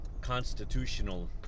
constitutional